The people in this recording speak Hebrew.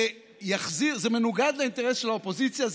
זה מנוגד לאינטרס של האופוזיציה,